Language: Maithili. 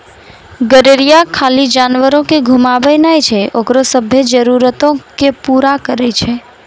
गरेरिया खाली जानवरो के घुमाबै नै छै ओकरो सभ्भे जरुरतो के पूरा करै छै